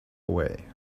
away